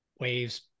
waves